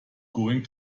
going